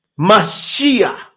Mashiach